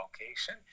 location